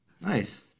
Nice